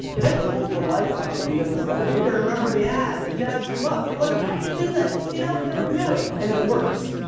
that's over the lifetime of using the slogan. we can remember the that jazzed you up. you're like, i can do that. just get out there and do it. and it works.